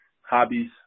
hobbies